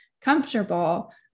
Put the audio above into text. comfortable